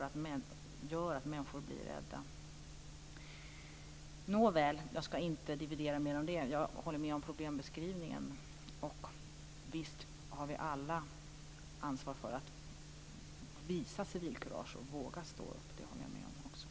Det gör att människor blir rädda. Jag skall inte dividera mer om det. Jag håller med om problembeskrivningen. Visst har vi alla ett ansvar för att visa civilkurage och våga stå upp. Det håller jag också med om.